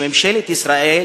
ממשלת ישראל,